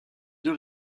deux